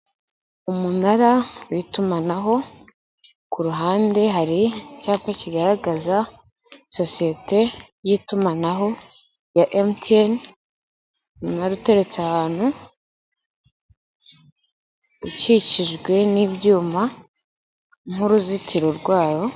Umunara w'itumanaho, ku ruhande hari icyapa kigaragaza sosiyete y'itumanaho ya MTN, umunara uteretse ahantu, ukikijwe n'ibyuma nk'uruzitiro rwawo.